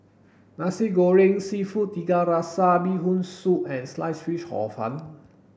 nasi goreng seafood tiga rasa bee hoon soup and sliced fish hor fun